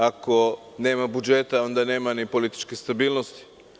Ako nema budžeta, onda nema ni političke stabilnosti.